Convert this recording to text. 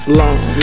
long